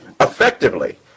effectively